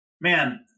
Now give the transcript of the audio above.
man